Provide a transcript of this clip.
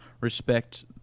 respect